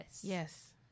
Yes